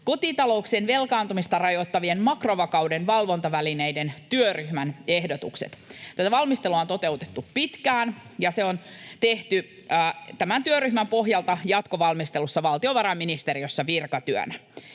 Kotitalouksien velkaantumista rajoittavat makrovakauden valvontavälineet ‑työryhmän ehdotukset. Tätä valmistelua on toteutettu pitkään, ja se on tehty tämän työryhmän pohjalta jatkovalmistelussa valtiovarainministeriössä virkatyönä.